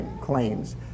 claims